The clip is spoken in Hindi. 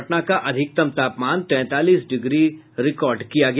पटना का अधिकतम तापमान तैंतालीस डिग्री रिकॉर्ड किया गया